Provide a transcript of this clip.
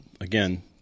again